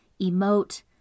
emote